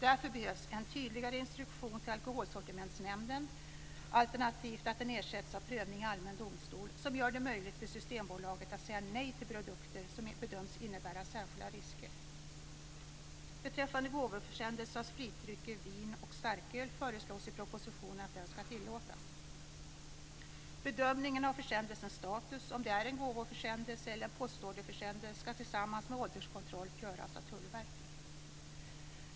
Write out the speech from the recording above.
Därför behövs en tydligare instruktion till alkoholsortimentsnämnden, alternativt att den ersätts av prövning i allmän domstol, som gör det möjligt för Systembolaget att säga nej till produkter som bedöms innebära särskilda risker. Beträffande gåvoförsändelser av spritdrycker, vin och starköl föreslås det i propositionen att de ska tillåtas. Bedömningen av försändelsens status, om det är en gåvoförsändelse eller en postorderförsändelse, ska tillsammans med ålderskontroll göras av Tullverket.